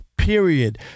Period